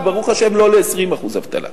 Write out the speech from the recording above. וברוך השם לא ל-20% אבטלה.